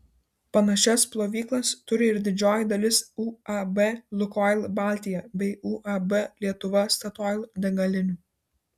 panašias plovyklas turi ir didžioji dalis uab lukoil baltija bei uab lietuva statoil degalinių